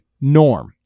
Norm